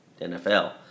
NFL